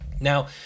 Now